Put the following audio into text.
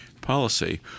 policy